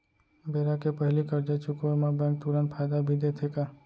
बेरा के पहिली करजा चुकोय म बैंक तुरंत फायदा भी देथे का?